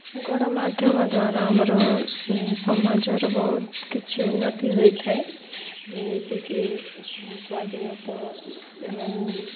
ଗଣମାଧ୍ୟମ ଦ୍ୱାରା ଆମର ସମାଜର ବହୁତ କିଛି ଉନ୍ନତି ହୋଇଥାଏ ଯେମିତିକି ସ୍ୱାଧୀନତା ଏବଂ